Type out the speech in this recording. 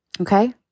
Okay